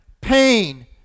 Pain